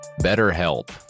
BetterHelp